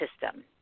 system